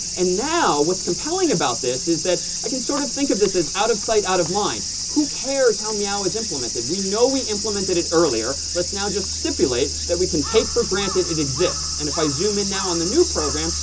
and now what's compelling about this is that i can sort of think of this as out of sight, out of mind. who cares how meow is implemented? we know we implemented it earlier. let's now just stipulate that we can take for granted it exists. and if i zoom in now on the new program,